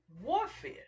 Warfare